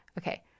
Okay